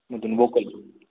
मधून वोकल